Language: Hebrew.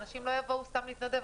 אנשים לא יבואו סתם להתנדב.